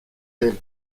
elle